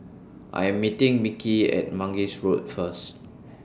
I Am meeting Mickie At Mangis Road First